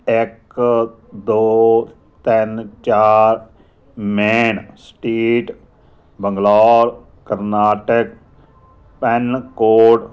ਇਕ ਦੋ ਤਿੰਨ ਚਾਰ main state Bangalore Karnataka pincode